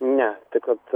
ne tai kad